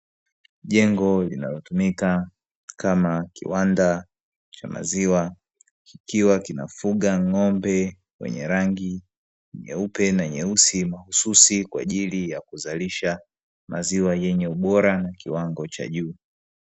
Jengo linalotumika kama kiwanda cha maziwa, ikiwa kinafuga ng'ombe wenye rangi nyeupe na nyeusi mahsusi kwa ajili ya kuzalisha maziwa yenye ubora kiwango cha juu.